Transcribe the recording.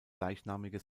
gleichnamige